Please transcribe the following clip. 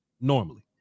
Normally